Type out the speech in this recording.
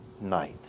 night